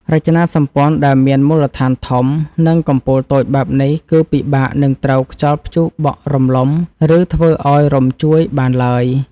រចនាសម្ព័ន្ធដែលមានមូលដ្ឋានធំ និង កំពូលតូចបែបនេះគឺពិបាកនឹងត្រូវខ្យល់ព្យុះបក់រំលំ ឬ ធ្វើឱ្យរំញ្ជួយបានឡើយ។